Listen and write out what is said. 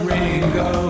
Ringo